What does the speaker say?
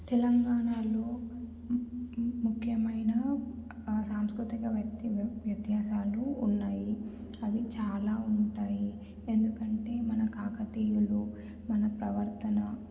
తెలంగాణలో ముఖ్యమైన సాంస్కృతిక వ్యక్త వ్యత్యాసాలు ఉన్నాయి అవి చాలా ఉంటాయి ఎందుకంటే మన కాకతీయులు మన ప్రవర్తన